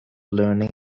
learning